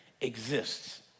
exists